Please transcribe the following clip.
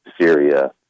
Syria